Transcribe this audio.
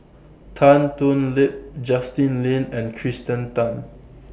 Tan Thoon Lip Justin Lean and Kirsten Tan